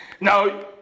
Now